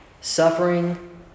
Suffering